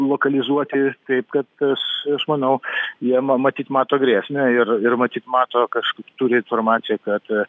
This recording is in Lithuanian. lokalizuoti taip kad aš aš manau jie ma matyt mato grėsmę ir ir matyt mato kažkaip turi informaciją kad